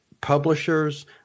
publishers